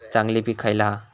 चांगली पीक खयला हा?